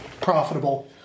profitable